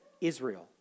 Israel